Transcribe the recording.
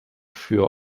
für